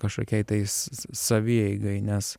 kažkokiai tais savieigai nes